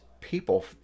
people